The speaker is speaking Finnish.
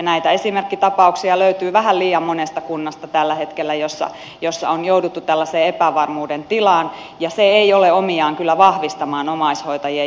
näitä esimerkkitapauksia löytyy tällä hetkellä vähän liian monesta kunnasta joissa on jouduttu tällaiseen epävarmuuden tilaan ja se ei ole omiaan kyllä vahvistamaan omaishoitajien jaksamista